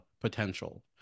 potential